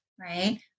right